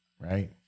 Right